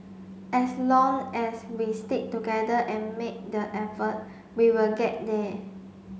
as long as we stick together and make the effort we will get there